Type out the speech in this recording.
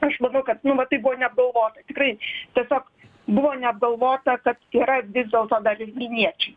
aš manau kad nu va tai buvo neapgalvota tikrai tiesiog buvo neapgalvota kad yra vis dėlto dar ir vilniečiai